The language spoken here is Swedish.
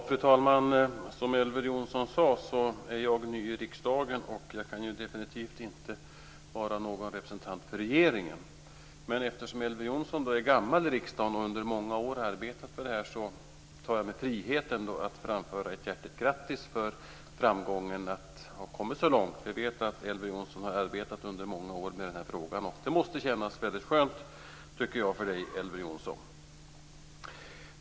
Fru talman! Som Elver Jonsson sade är jag ny i riksdagen, och jag kan definitivt inte vara någon representant för regeringen. Men eftersom Elver Jonsson är gammal i riksdagen och under många år har arbetat för detta tar jag mig friheten att framföra ett hjärtligt grattis till framgången att ha kommit så här långt. Vi vet att Elver Jonsson har arbetat under många år med den här frågan, och detta måste kännas väldigt skönt för honom.